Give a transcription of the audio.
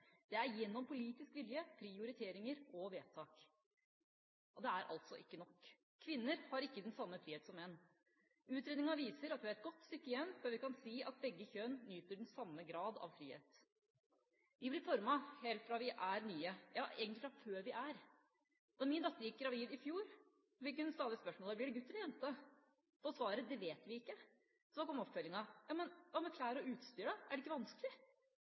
det har kommet gjennom politisk vilje, prioriteringer og vedtak. Det er altså ikke nok – kvinner har ikke den samme frihet som menn. Utredninga viser at vi har et godt stykke igjen før vi kan si at begge kjønn nyter den samme grad av frihet. Vi blir formet helt fra vi er nye, ja, egentlig før vi er. Da min datter gikk gravid i fjor, fikk hun stadig spørsmålet: Blir det gutt eller jente? På svaret: Det vet vi ikke, kom oppfølginga: Ja, men hva med klær og utstyr, da – er det ikke vanskelig?